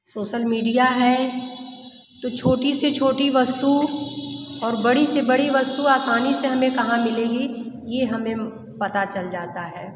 social media है तो छोटी सी छोटी वस्तु और बड़ी से बड़ी वस्तु आसानी से हमें कहाँ मिलेगी यह हमें पता चल जाता है